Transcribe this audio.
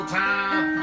time